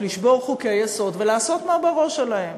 לשבור חוק-יסוד ולעשות מה בראש שלהם.